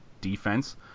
defense